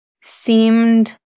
seemed